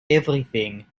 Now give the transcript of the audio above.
everything